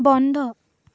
বন্ধ